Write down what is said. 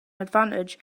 advantage